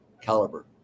caliber